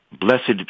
blessed